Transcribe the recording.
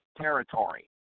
territory